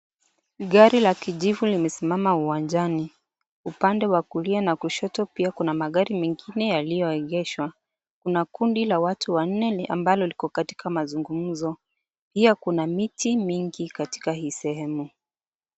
Gari la kijivu limesimama uwanjani, upande wa kulia na kushoto pia kuna magari mengine yaliyoegeshwa, kuna kundi la watu wanne ambalo liko katika mazungumzo, pia kuna miti mingi katika hii sehemu.